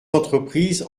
entreprises